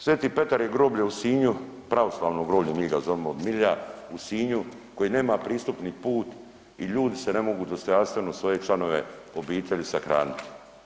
Sveti Petar je groblje u Sinju pravoslavno groblje mi ga zovemo od milja u Sinju koje nema pristupni put i ljudi se ne mogu dostojanstveno svoje članove obitelji sahraniti.